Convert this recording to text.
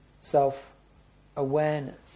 self-awareness